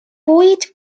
bwyd